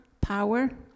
power